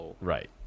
Right